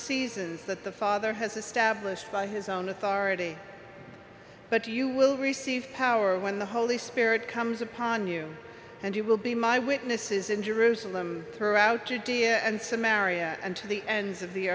seasons that the father has established by his own authority but you will receive power when the holy spirit comes upon you and you will be my witnesses in jerusalem throughout judea and samarium and to the ends of the